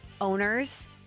owners